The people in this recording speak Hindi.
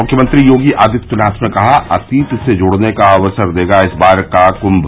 मुख्यमंत्री योगी आदित्यनाथ ने कहा अतीत से जुड़ने का अवसर देगा इस बार का कुम्म